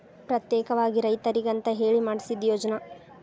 ಪ್ರತ್ಯೇಕವಾಗಿ ರೈತರಿಗಂತ ಹೇಳಿ ಮಾಡ್ಸಿದ ಯೋಜ್ನಾ